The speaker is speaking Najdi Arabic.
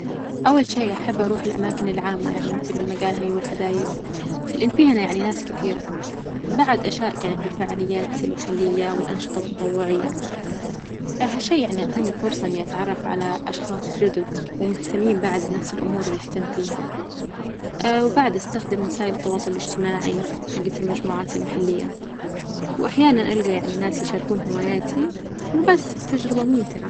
أول شئ أحب أروح الأماكن العامة يعني مثل المجاهي والحدايج، لإن فيها أنا يعني ناس كثير، بعد أشارك يعني في الفعاليات المحلية والأنشطة التطوعية، هالشي يعني يعطيني فرصة إني أتعرف على أشخاص جدد ومهتمين بعد بنفس الأمور اللي أهتم فيها وبعد أستخدم وسائل التواصل الاجتماعي حجت المجموعات المحلية، وأحيانا ألجى يعني ناس يشاركون هواياتي وبس التجربة ممتعة.